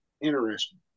interesting